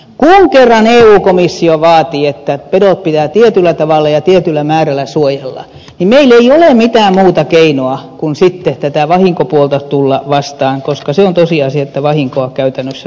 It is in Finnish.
kun kerran eu komissio vaatii että pedot pitää tietyllä tavalla ja tietyllä määrällä suojella niin meillä ei ole mitään muuta keinoa kuin tätä vahinkopuolta tulla vastaan koska se on tosiasia että vahinkoa käytännössä syntyy